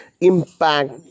impact